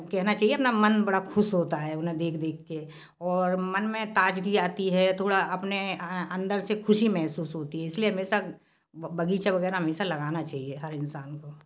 कहना चाहिए अपना मन बड़ा ख़ुश होता है उन्हें देख देख के और मन में ताज़गी आती है थोड़ा अपने अंदर से ख़ुशी महसूस होती है इस लिए हमेशा बग़ीचा वग़ैरह हमेशा लगाना चाहिए हर इंसान को